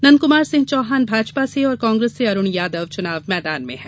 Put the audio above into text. नंदकुमार सिंह चौहान भाजपा से और कांग्रेस से अरुण यादव चुनाव मैदान में हैं